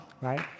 Right